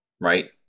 right